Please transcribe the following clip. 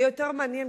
זה יהיה יותר מעניין,